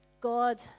God